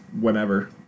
whenever